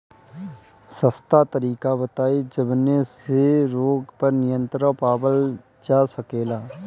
सस्ता तरीका बताई जवने से रोग पर नियंत्रण पावल जा सकेला?